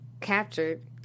captured